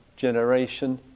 generation